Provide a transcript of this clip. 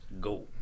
Go